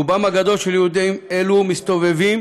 רובם הגדול של יהודים אלו מסתובבים